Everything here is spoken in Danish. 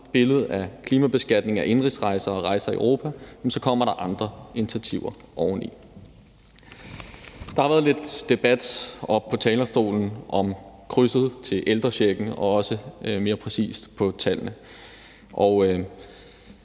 billede af klimabeskatningen af indenrigsrejser og rejser i Europa, kommer der andre initiativer oveni. Der har været lidt debat heroppe på talerstolen om krydset til ældrechecken og mere præcis tallene, og